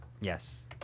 Yes